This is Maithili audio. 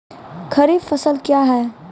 खरीफ फसल क्या हैं?